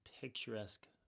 picturesque